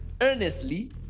earnestly